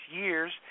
years